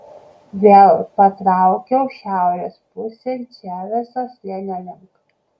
vėl patraukiau šiaurės pusėn čaveso slėnio link